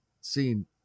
seen